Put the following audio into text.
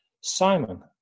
Simon